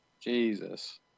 Jesus